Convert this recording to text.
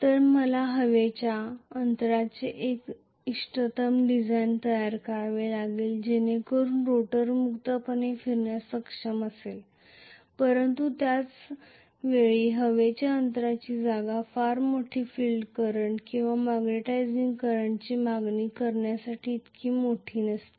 तर मला हवेच्या अंतराचे एक इष्टतम डिझाइन तयार करावे लागेल जेणेकरुन रोटर मुक्तपणे फिरण्यास सक्षम असेल परंतु त्याच वेळी हवेच्या अंतराची जागा फारच मोठी फिल्ड करंट किंवा मॅग्नेटिझिंग करंटची मागणी करण्यासाठी इतकी मोठी नसते